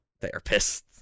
therapists